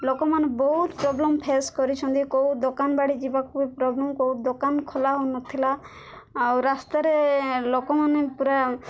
ଲୋକମାନେ ବହୁତ problem face କରିଛନ୍ତି କେଉଁ ଦୋକାନ ବାଡ଼ି ଯିବାକୁ ବି ପ୍ରୋବ୍ଲେମ୍ କେଉଁ ଦୋକାନ ଖୋଲା ହଉନଥିଲା ଆଉ ରାସ୍ତାରେ ଲୋକମାନେ ପୁରା